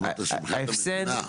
אמרת שמבחינת המדינה,